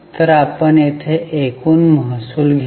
तर आपण येथे एकूण महसूल घेऊ